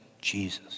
Jesus